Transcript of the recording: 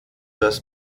das